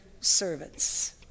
servants